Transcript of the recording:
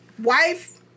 Wife